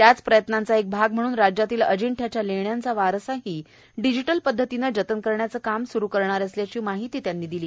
त्याच प्रयत्नांचा भाग म्हणून राज्यातल्या अंजिठ्याच्या लेण्यांचा वारसाही डिजिटल पद्धतीनं जतन करण्याचं काम स्रु करणार असल्याची माहिती त्यांनी दिली